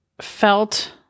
felt